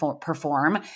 perform